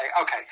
okay